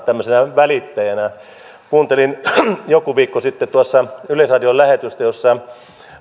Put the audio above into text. välittäjänä kuuntelin joku viikko sitten yleisradion lähetystä jossa